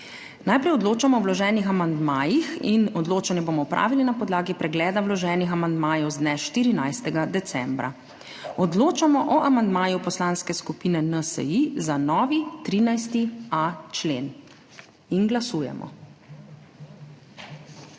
Najprej odločamo o vloženih amandmajih in odločanje bomo opravili na podlagi pregleda vloženih amandmajev z dne 14. decembra. Odločamo o amandmaju Poslanske skupine NSi za novi 13.a člen. Glasujemo.